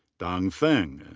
dan feng.